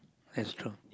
that's true